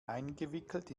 eingewickelt